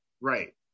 right